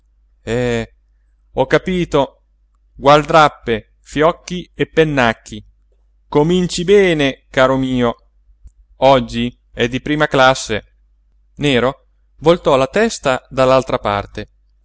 sospirò ho capito gualdrappe fiocchi e pennacchi cominci bene caro mio oggi è di prima classe nero voltò la testa dall'altra parte